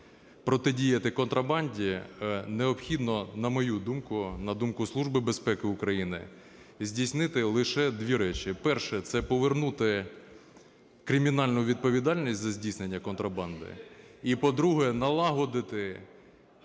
протидіяти контрабанді, необхідно, на мою думку, на думку Служби безпеки України, здійснити лише дві речі. Перше – це повернути кримінальну відповідальність за здійснення контрабанди. І, по-друге, налагодити